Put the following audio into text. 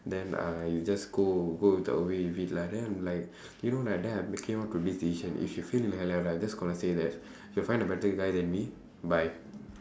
then uh you just go go away with it lah then I am like you know like then I making up to this decision if she feel I just gonna say that she'll find a better guy than me bye